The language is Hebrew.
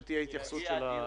הגשתי לזה הצעת חוק.